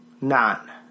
None